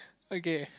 okay